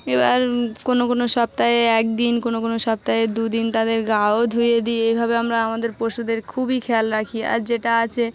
এবার কোনো কোনো সপ্তাহে একদিন কোনো কোনো সপ্তাহে দু দিন তাদের গাও ধুয়ে দিই এভাবে আমরা আমাদের পশুদের খুবই খেয়াল রাখি আর যেটা আছে